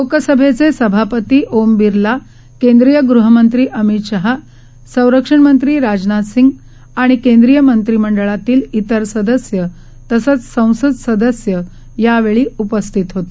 लोकसभेचे सभापती ओम बिर्ला केंद्रिय गृहमंत्री अमित शहा संरक्षणमंत्री राजनाथ सिंग आणि केंद्रिय मंत्रिमंडळातील इतर सदस्य तसंच संसद सदस्य यावेळी उपस्थित होते